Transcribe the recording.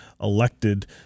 elected